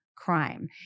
crime